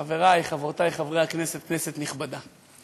חברי, חברותי, חברי הכנסת, כנסת נכבדה,